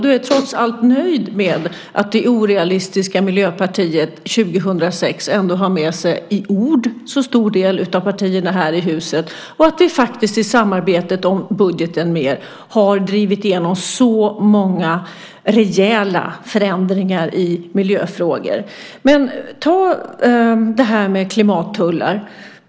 Du är trots allt nöjd med att det orealistiska Miljöpartiet 2006 i ord har med sig en så stor del av partierna här i huset och att vi i samarbetet om budgeten med er har drivit igenom så många rejäla förändringar i miljöfrågor. Ta det här med klimattullar.